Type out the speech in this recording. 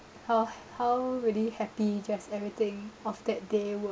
how how really happy just everything of that day was